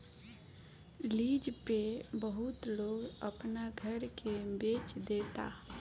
lease पे बहुत लोग अपना घर के बेच देता